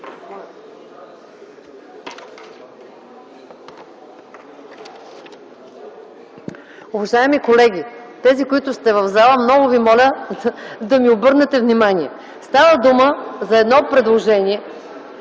Уважаеми колеги, тези, които сте в зала, много ви моля да ми обърнете внимание! Става дума за едно предложение,